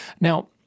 Now